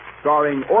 starring